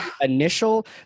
initial